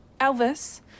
Elvis